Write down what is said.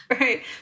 Right